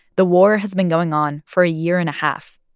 the war has been going on for a year and a half.